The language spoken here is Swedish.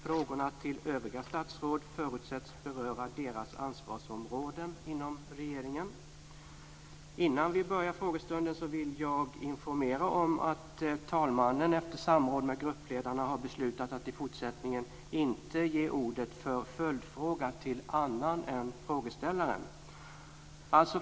Frågorna till övriga statsråd förutsätts beröra deras ansvarsområden inom regeringen. Innan vi börjar frågestunden vill jag informera om att talmannen efter samråd med gruppledarna har beslutat att i fortsättningen inte ge ordet för följdfråga till annan än frågeställaren.